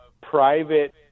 private